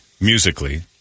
musically